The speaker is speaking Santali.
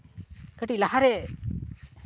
ᱠᱟᱹᱴᱤᱡ ᱞᱟᱦᱟᱨᱮ